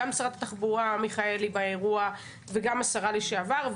גם שרת התחבורה מיכאלי באירוע וגם השרה לשעבר,